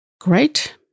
great